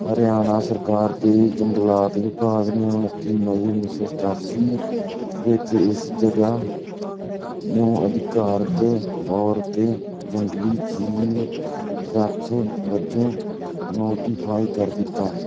ਹਰਿਆਣਾ ਸਰਕਾਰ ਦੇ ਜੰਗਲਾਤ ਵਿਭਾਗ ਨੇ ਉਣੱਤੀ ਮਈ ਉੱਨੀ ਸੌ ਸਤਾਸੀ ਵਿੱਚ ਇਸ ਜਗ੍ਹਾ ਨੂੰ ਅਧਿਕਾਰਤ ਤੌਰ ਉੱਤੇ ਜੰਗਲੀ ਜੀਵ ਰੱਖ ਵਜੋਂ ਨੋਟੀਫਾਈ ਕਰ ਦਿੱਤਾ